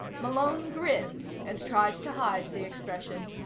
malone grinned, and tried to hide the expression.